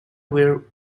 were